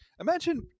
Imagine